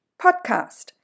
podcast